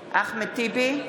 טיבי,